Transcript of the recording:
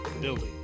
building